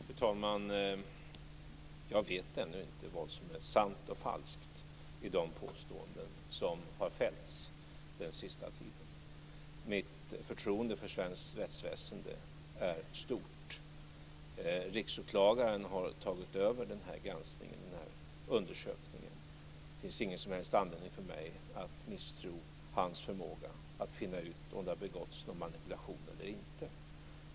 Fru talman! Jag vet ännu inte vad som är sant och falskt i de påståenden som har fällts den senaste tiden. Mitt förtroende för svenskt rättsväsende är stort. Riksåklagaren har tagit över undersökningen. Det finns ingen som helst anledning för mig att misstro hans förmåga att finna ut om det har begåtts någon manipulation eller inte.